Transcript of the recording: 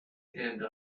and